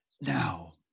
Now